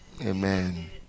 Amen